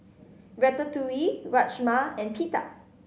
Ratatouille Rajma and Pita